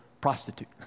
prostitute